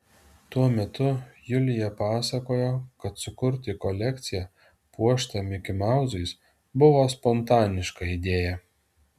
tuo metu julija pasakojo kad sukurti kolekciją puoštą mikimauzais buvo spontaniška idėja